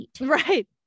Right